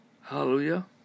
Hallelujah